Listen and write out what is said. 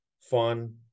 fun